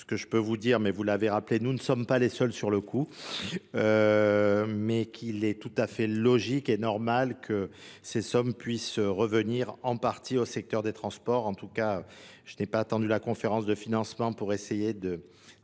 ce que je peux vous dire, mais vous l'avez rappelé, nous ne sommes pas les seuls sur le coup, mais qu'il est tout à fait logique et normal que ces sommes puissent revenir en partie au secteur des transports, en tout cas Je n'ai pas attendu la conférence de financement pour essayer